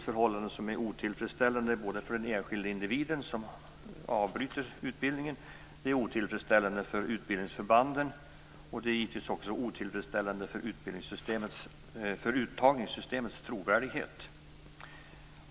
Förhållandena är otillfredsställande både för den enskilde individ som avbryter utbildningen och för utbildningsförbanden liksom givetvis också för uttagningssystemets trovärdighet.